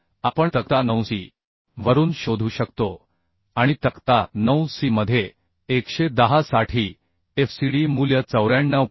मूल्य आपण तक्ता 9 सी वरून शोधू शकतो आणि तक्ता 9 सी मध्ये 110 साठी Fcd मूल्य 94